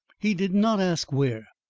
he did not ask where.